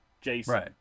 Jason